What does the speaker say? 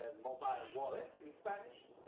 and mobile wallet in spanish.